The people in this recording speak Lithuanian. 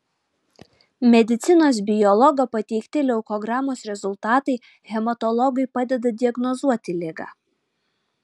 medicinos biologo pateikti leukogramos rezultatai hematologui padeda diagnozuoti ligą